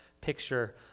picture